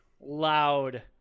loud